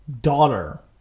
daughter